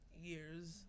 Years